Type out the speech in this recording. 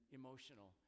emotional